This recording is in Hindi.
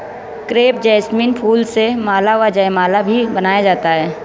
क्रेप जैसमिन फूल से माला व जयमाला भी बनाया जाता है